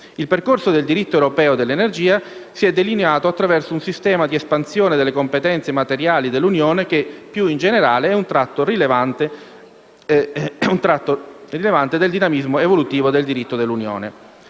Il percorso del diritto europeo dell'energia si è delineato attraverso un sistema di espansione delle competenze materiali dell'Unione, che, più in generale, è un tratto rilevante del dinamismo evolutivo del diritto dell'Unione.